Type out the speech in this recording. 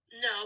No